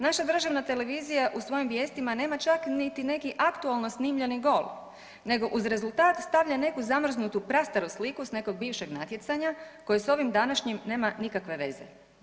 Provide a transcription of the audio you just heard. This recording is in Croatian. Naša državna televizija u svojim vijestima nema čak niti neki aktualno snimljeni gol, nego uz rezultat stavlja neku zamrznutu prastaru sliku s nekog bivšeg natjecanja koje s ovim današnjim nema nikakve veze.